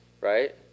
right